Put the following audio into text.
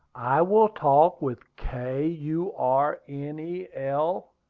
i will talk with k u r n e l,